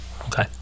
Okay